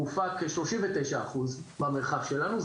מופק בכשלושים ותשע אחוז במרחק שלנו.